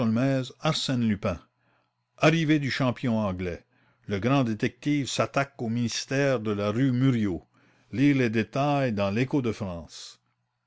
pouvait lire arrivée du champion anglais le grand détective s'attaque au mystère de la rue murillo lire les détails dans l écho de france